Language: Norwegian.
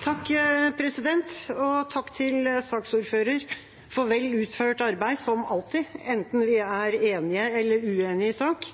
Takk til saksordføreren for vel utført arbeid, som alltid, enten vi er enige eller uenige i sak.